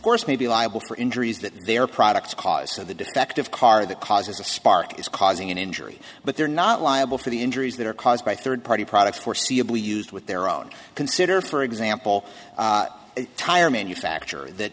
course may be liable for injuries that their products cause so the defective car that causes a spark is causing an injury but they're not liable for the injuries that are caused by third party products foreseeable used with their own consider for example a tire manufacturer th